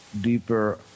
deeper